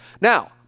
Now